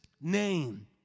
name